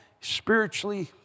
spiritually